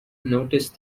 noticed